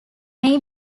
may